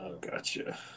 Gotcha